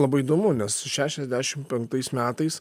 labai įdomu nes šešiasdešim penktais metais